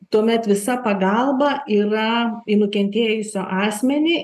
tuomet visa pagalba yra į nukentėjusio asmenį